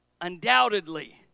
undoubtedly